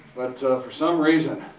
for some reason,